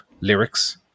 lyrics